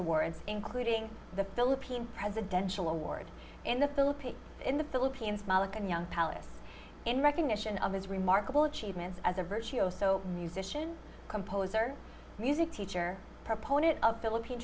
awards including the philippine presidential award in the philippines in the philippines moloch and young palace in recognition of his remarkable achievements as a virtual so musician composer music teacher a proponent of philippine